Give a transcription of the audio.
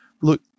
look